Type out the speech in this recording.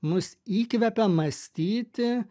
mus įkvepia mąstyti